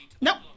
Nope